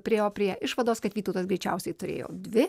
priėjo prie išvados kad vytautas greičiausiai turėjo dvi